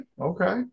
okay